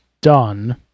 done